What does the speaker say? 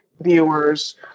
viewers